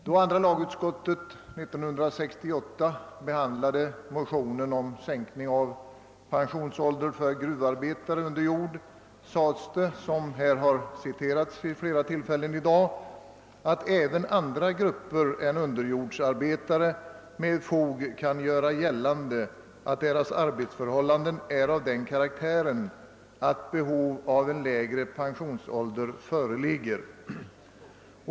Då andra lagutskottet 1968 behandlade en motion om sänkning av pensionsåldern för gruvarbetare under jord sades det — såsom citerats vid flera tillfällen här i dag — att även andra grupper än underjordsarbetare med fog kan göra gällande att deras arbetsförhållanden är av den karaktären, att behov av lägre pensionsålder föreligger.